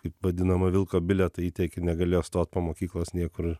taip vadinamą vilko bilietą įteikė negalėjo stot po mokyklos niekur